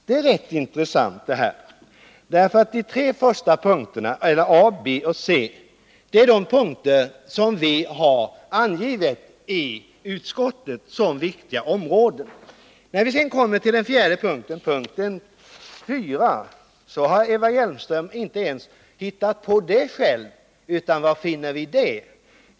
Det är rätt intressant. De tre första punkterna, a—c, gäller sådant som utskottet angivit som viktiga områden. När vi sedan kommer till den fjärde punkten, finner vi att Eva Hjelmström inte heller hittat på den själv. Var finner vi den?